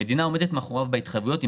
המדינה עומדת מאחוריו בהתחייבויות,